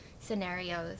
scenarios